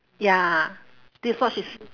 ya that's what she s~